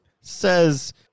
says